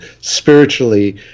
spiritually